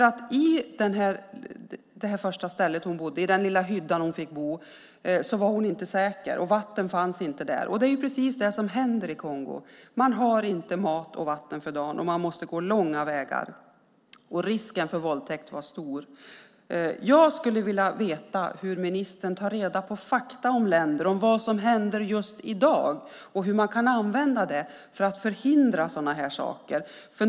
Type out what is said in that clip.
På det första stället hon bodde, i den lilla hyddan, var hon inte säker, och det fanns inte vatten där. Det är så det är i Kongo. Man har inte mat och vatten för dagen, man måste gå långa vägar, och risken för våldtäkt är stor. Jag skulle vilja veta hur ministern tar reda på fakta om länder, om vad som händer just i dag och hur man kan använda det för att förhindra sådana här saker.